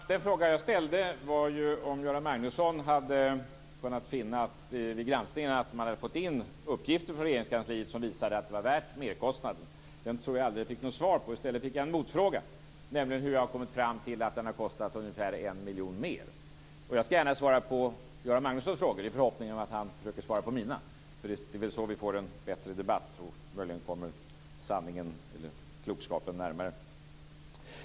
Fru talman! Den fråga jag ställde var om Göran Magnusson vid granskningen hade kunnat finna att man fått in uppgifter från Regeringskansliet som visade att det var värt merkostnaden. Den tror jag att jag aldrig fick svar på. I stället fick jag en motfråga, nämligen hur jag har kommit fram till att den har kostat ungefär 1 miljon mer. Jag skall gärna svara på Göran Magnussons fråga i förhoppningen om att han försöker svara på mina. Det är så vi får en bättre debatt och möjligen kommer klokskapen närmare.